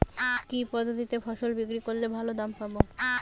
কি পদ্ধতিতে ফসল বিক্রি করলে ভালো দাম পাব?